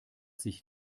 sich